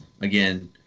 again